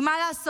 כי מה לעשות,